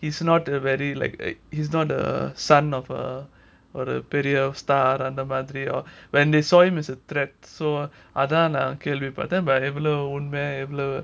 he's not a very like like he's not a son of a of a period star அந்த மாதிரி:andha madhiri or when they saw him as a threat so அதான் நான் கேள்வி பட்டேன் எவ்ளோ உண்மை எவ்ளோ:adhan nan kelvi paten evlo unmai evlo